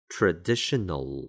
Traditional